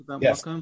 Yes